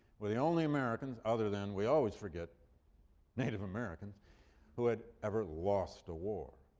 were the only americans other than we always forget native americans who had ever lost a war.